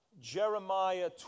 Jeremiah